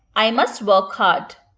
i must work hard.